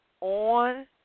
on